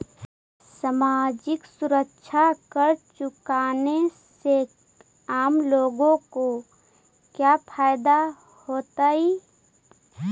सामाजिक सुरक्षा कर चुकाने से आम लोगों को क्या फायदा होतइ